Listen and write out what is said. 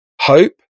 hope